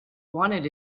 wanted